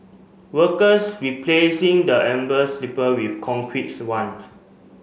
workers replacing the sleeper with concretes ones